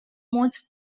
most